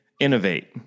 innovate